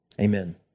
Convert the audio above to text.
Amen